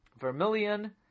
vermilion